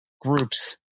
groups